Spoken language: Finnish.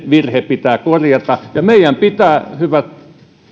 virhe pitää korjata ja meidän pitää hyvät